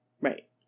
Right